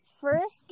first